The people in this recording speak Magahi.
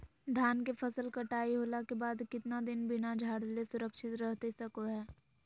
धान के फसल कटाई होला के बाद कितना दिन बिना झाड़ले सुरक्षित रहतई सको हय?